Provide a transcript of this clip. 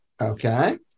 Okay